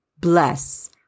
bless